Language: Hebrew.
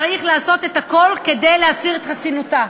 צריך לעשות את הכול כדי להסיר את חסינותה,